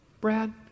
Brad